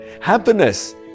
happiness